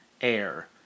Air